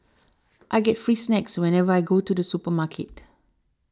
I get free snacks whenever I go to the supermarket